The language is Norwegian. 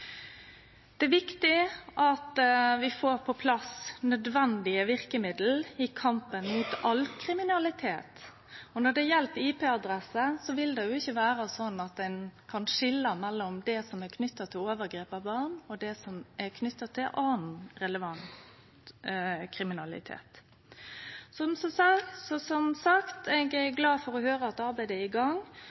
Det er viktig at vi får på plass nødvendige verkemiddel i kampen mot all kriminalitet. Når det gjeld IP-adresser, vil det ikkje vere slik at ein kan skilje mellom det som er knytt til overgrep av barn, og det som er knytt til annan relevant kriminalitet. Som sagt er eg glad for å høyre at arbeidet er i gang,